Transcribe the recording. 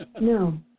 No